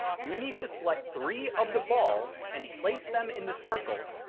you need to select three of the balls and place them in the circles,